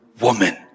woman